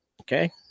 Okay